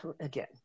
again